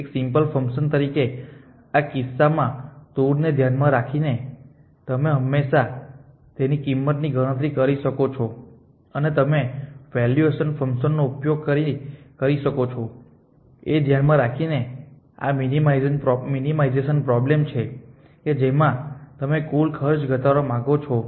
એક simple function તરીકે આ કિસ્સામાં ટૂર ને ધ્યાનમાં રાખીને તમે હંમેશાં તેની કિંમતની ગણતરી કરી શકો છો અને તમે વેલ્યૂએશ ફંક્શન નો ઉપયોગ કરી શકો છો એ ધ્યાનમાં રાખીને કે આ મિનીમાંઝેશન પ્રોબ્લેમ છે કે જેમાં તમે કુલ ખર્ચ ઘટાડવા માંગો છો